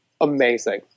amazing